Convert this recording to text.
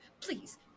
please